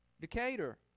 Decatur